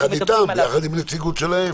ביחד איתם, ביחד עם נציגות שלה.